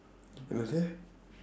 what you say